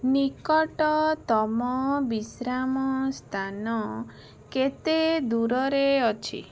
ନିକଟତମ ବିଶ୍ରାମ ସ୍ଥାନ କେତେ ଦୂରରେ ଅଛି